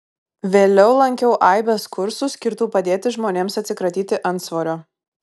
vėliau lankiau aibes kursų skirtų padėti žmonėms atsikratyti antsvorio